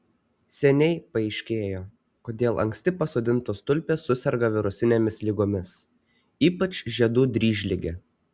seniai paaiškėjo kodėl anksti pasodintos tulpės suserga virusinėmis ligomis ypač žiedų dryžlige